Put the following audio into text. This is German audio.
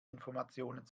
informationen